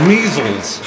Measles